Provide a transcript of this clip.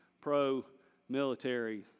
pro-military